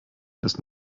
dass